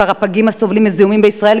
מספר הפגים הסובלים מזיהומים בישראל